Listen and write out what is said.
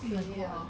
O_M_G